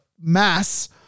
mass